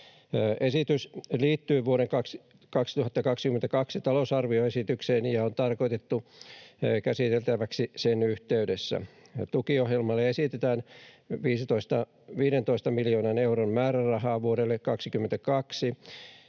Esitys liittyy vuoden 2022 talousarvioesitykseen ja on tarkoitettu käsiteltäväksi sen yhteydessä. Tukiohjelmalle esitetään 15 miljoonan euron määrärahaa vuodelle 22,